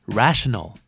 rational